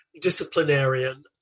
disciplinarian